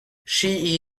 she